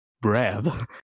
breath